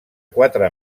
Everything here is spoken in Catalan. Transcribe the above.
quatre